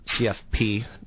CFP